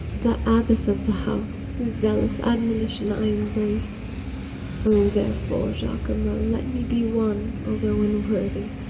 the abbess of the house, whose zealous admonition i embrace o, therefore, jacomo, let me be one, although unworthy,